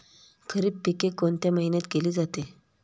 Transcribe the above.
खरीप पिके कोणत्या महिन्यात केली जाते?